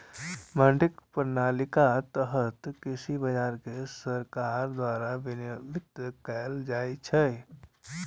मंडी प्रणालीक तहत कृषि बाजार कें सरकार द्वारा विनियमित कैल जाइ छै